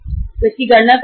वे इसकी गणना करेंगे